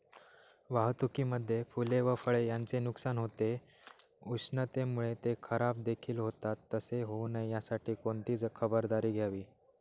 वाहतुकीमध्ये फूले व फळे यांचे नुकसान होते, उष्णतेमुळे ते खराबदेखील होतात तसे होऊ नये यासाठी कोणती खबरदारी घ्यावी?